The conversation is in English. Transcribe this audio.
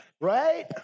right